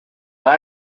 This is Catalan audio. van